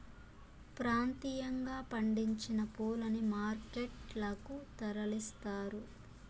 ప్రాంతీయంగా పండించిన పూలని మార్కెట్ లకు తరలిస్తారు